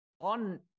on